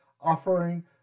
offering